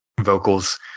vocals